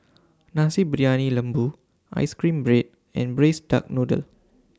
Nasi Briyani Lembu Ice Cream Bread and Braised Duck Noodle